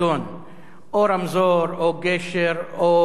או רמזור או גשר או כיכר תנועה,